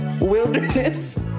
wilderness